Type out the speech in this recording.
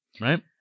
Right